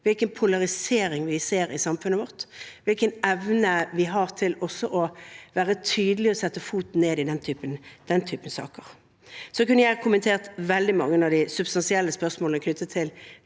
hvilken polarisering vi ser i samfunnet vårt, og hvilken evne vi har til å være tydelige og sette foten ned i den typen saker. Jeg kunne kommentert veldig mange av de substansielle spørsmålene knyttet til